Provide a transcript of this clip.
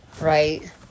Right